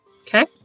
Okay